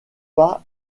pas